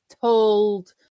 told